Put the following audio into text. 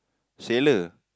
sailor